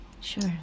sure